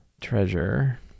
treasure